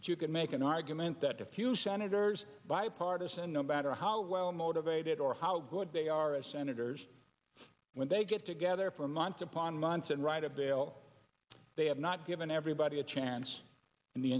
that you can make an argument that a few senators bipartisan no matter how well motivated or how good they are as senators when they get together for months upon months and write a bail they have not given everybody a chance